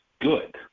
good